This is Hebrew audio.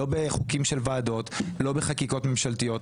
לא בחוקים של ועדות ולא בחקיקות ממשלתיות.